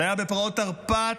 זה היה בפרעות תרפ"ט,